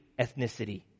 ethnicity